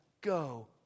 go